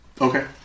Okay